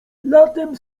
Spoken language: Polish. latem